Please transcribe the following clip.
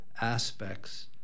aspects